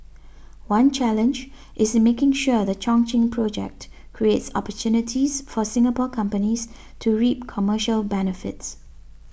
one challenge is in making sure the Chongqing project creates opportunities for Singapore companies to reap commercial benefits